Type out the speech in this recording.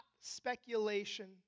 speculation